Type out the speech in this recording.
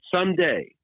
someday—